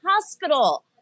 hospital